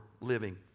living